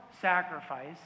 sacrifice